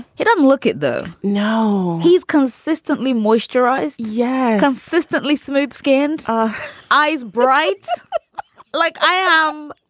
he doesn't look it, though. now he's consistently moisturized yeah, consistently smooth skinned eyes, bright like i am.